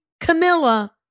Camilla